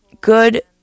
good